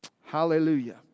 Hallelujah